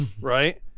right